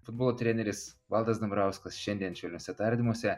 futbolo treneris valdas dambrauskas šiandien švelniuose tardymuose